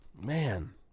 Man